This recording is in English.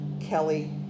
Kelly